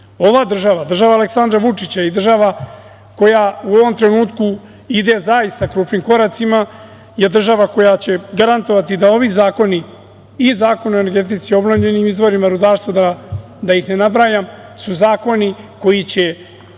država, država Aleksandra Vučića i država koja u ovom trenutku ide zaista krupnim koracima je država koja će garantovati da ovi zakoni, Zakon o energetici i obnovljenim izvorima rudarstva, da ih ne nabrajam, su zakoni koji će